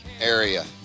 area